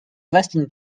resting